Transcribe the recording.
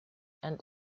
and